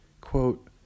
Quote